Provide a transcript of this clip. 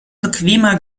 bequemer